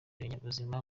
ibinyabuzima